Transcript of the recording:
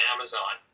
Amazon